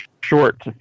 short